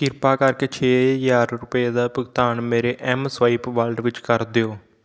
ਕਿਰਪਾ ਕਰਕੇ ਛੇ ਹਜ਼ਾਰ ਰੁਪਏ ਦਾ ਭੁਗਤਾਨ ਮੇਰੇ ਐੱਮਸਵਾਇਪ ਵਾਲਟ ਵਿੱਚ ਕਰ ਦਿਓ